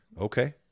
Okay